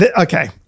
Okay